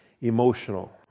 emotional